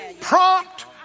Prompt